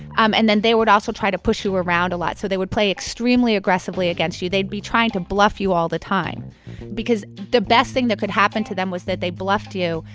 um and then they would also try to push you around a lot. so they would play extremely aggressively against you. they'd be trying to bluff you all the time because the best thing that could happen to them was that they bluffed you,